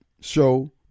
show